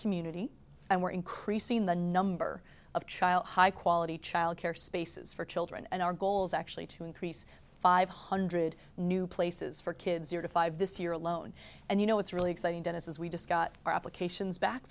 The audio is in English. community and we're increasing the number of child high quality child care spaces for children and our goal is actually to increase five hundred new places for kids year to five this year alone and you know it's really exciting to us as we discuss our applications back